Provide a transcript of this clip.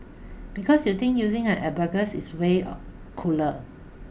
because you think using an abacus is way a cooler